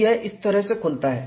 तो यह इस तरह से खुलता है